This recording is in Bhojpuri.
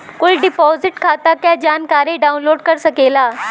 कुल डिपोसिट खाता क जानकारी डाउनलोड कर सकेला